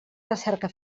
recerca